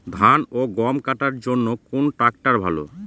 ধান ও গম কাটার জন্য কোন ট্র্যাক্টর ভালো?